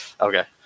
Okay